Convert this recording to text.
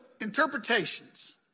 interpretations